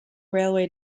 railway